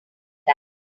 that